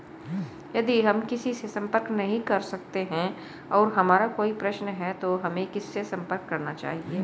यदि हम किसी से संपर्क नहीं कर सकते हैं और हमारा कोई प्रश्न है तो हमें किससे संपर्क करना चाहिए?